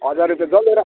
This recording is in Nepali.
हजार रुपियाँ जसले